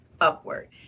upward